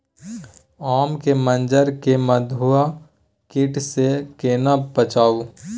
आम के मंजर के मधुआ कीट स केना बचाऊ?